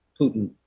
Putin